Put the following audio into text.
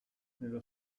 nello